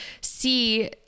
see